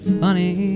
funny